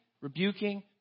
rebuking